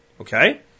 Okay